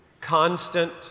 constant